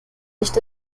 nicht